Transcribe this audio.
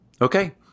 Okay